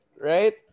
right